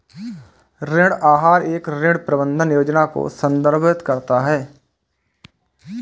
ऋण आहार एक ऋण प्रबंधन योजना को संदर्भित करता है